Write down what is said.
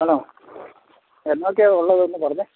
hello എന്ത് ഒക്കെയാണ് ഉള്ളത് ഒന്ന് പറഞ്ഞേ